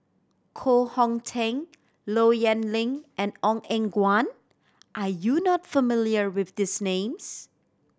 Koh Hong Teng Low Yen Ling and Ong Eng Guan are you not familiar with these names